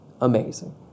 amazing